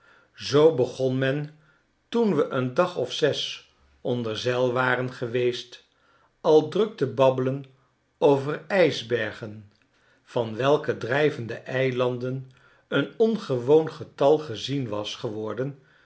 zoo begon men toen we een dag of zes onder zeil waren geweest al druk te babbelen over ijsbergen van welke drijvende eilanden een ongewoon getal gezien was geworden